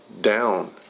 down